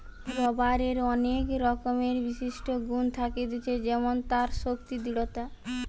রাবারের অনেক রকমের বিশিষ্ট গুন থাকতিছে যেমন তার শক্তি, দৃঢ়তা